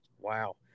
Wow